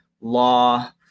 law